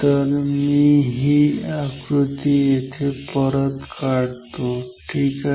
तर मीही आकृती येथे परत काढतो ठीक आहे